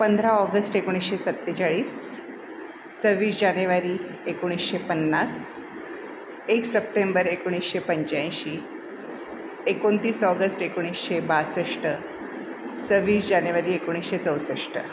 पंधरा ऑगस्ट एकोणीसशे सत्तेचाळीस सव्वीस जानेवारी एकोणीसशे पन्नास एक सप्टेंबर एकोणीसशे पंच्याऐंशी एकोणतीस ऑगस्ट एकोणीसशे बासष्ट सव्वीस जानेवारी एकोणीसशे चौसष्ट